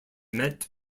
met